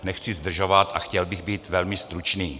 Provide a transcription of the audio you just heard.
Nechci zdržovat a chtěl bych být velmi stručný.